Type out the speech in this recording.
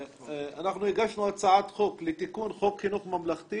אנחנו הגשנו הצעת חוק לתיקון חוק חינוך ממלכתי